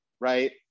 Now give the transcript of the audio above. right